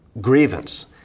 grievance